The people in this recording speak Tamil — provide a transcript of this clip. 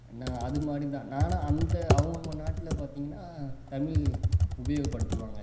நான் அது மாதிரிதான் நானும் அந்த அவங்க அவங்க நாட்டில் பார்த்திங்கனா தமிழ் உபயோகப்படுத்துவாங்க